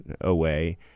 away